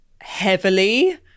heavily